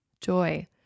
joy